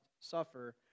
suffer